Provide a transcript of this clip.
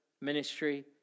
ministry